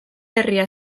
herria